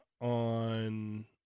on